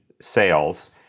sales